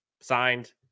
signed